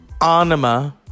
Anima